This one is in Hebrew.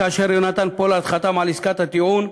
כאשר יונתן פולארד חתם על עסקת הטיעון,